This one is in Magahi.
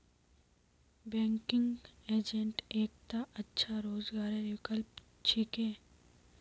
बैंकिंग एजेंट एकता अच्छा रोजगारेर विकल्प छिके